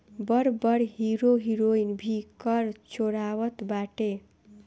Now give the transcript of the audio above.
बड़ बड़ hero heroine भी कर चोरावत बाटे